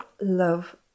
love